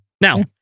Now